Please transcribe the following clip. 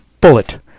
bullet